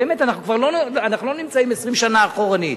באמת, אנחנו לא נמצאים 20 שנה אחורנית.